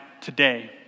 today